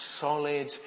solid